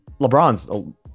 lebron's